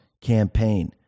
campaign